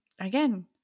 again